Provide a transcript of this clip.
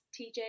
TJ